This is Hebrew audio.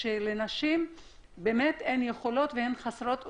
כי לנשים אין יכולות והן חסרות אונים,